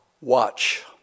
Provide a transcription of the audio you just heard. Watch